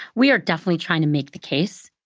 we are definitely trying to make the case,